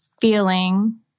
feeling